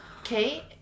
okay